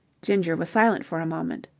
ginger was silent for a moment.